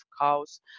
cows